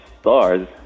stars